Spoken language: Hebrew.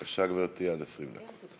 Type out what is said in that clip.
בבקשה, גברתי, עד 20 דקות.